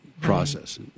process